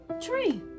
tree